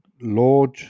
Lord